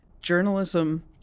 journalism